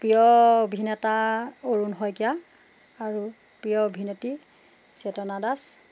প্ৰিয় অভিনেতা অৰুণ শইকীয়া আৰু প্ৰিয় অভিনেত্ৰী চেতনা দাস